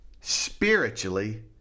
spiritually